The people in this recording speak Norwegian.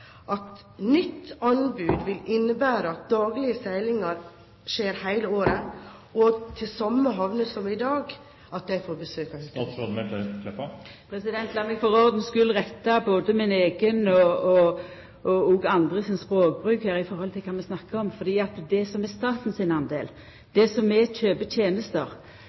at nytt anbud vil innebære at daglige seilinger skjer hele året, og at de samme havner som i dag får besøk av hurtigruta? Lat meg for ordens skuld retta på både min eigen og andre sin språkbruk her i høve til kva vi snakkar om. Det som er staten sin del, der vi kjøper tenester når det gjeld passasjerar og gods, er